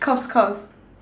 cough cough